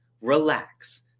relax